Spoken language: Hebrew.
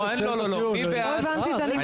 לא הבנתי את הנימוק.